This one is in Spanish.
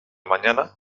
mañana